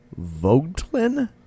vogtlin